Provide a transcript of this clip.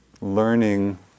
learning